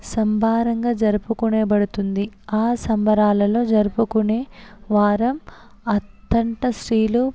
సంబరంగా జరుపుకోబడుతుంది ఆ సంబరాలలో జరుపుకునే వారం అత్తంట స్త్రీలు